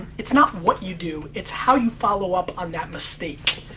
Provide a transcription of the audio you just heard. it's not what you do, it's how you follow up on that mistake.